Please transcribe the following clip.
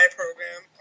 program